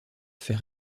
fait